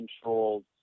controlled